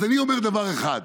אז אני אומר דבר אחד: